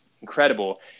incredible